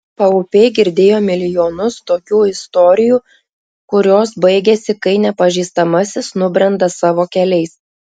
paupiai girdėjo milijonus tokių istorijų kurios baigiasi kai nepažįstamasis nubrenda savo keliais